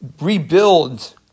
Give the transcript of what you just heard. rebuild